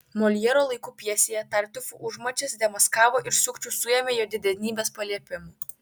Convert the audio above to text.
moljero laikų pjesėje tartiufo užmačias demaskavo ir sukčių suėmė jo didenybės paliepimu